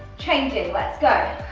change. let's go!